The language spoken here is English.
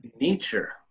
nature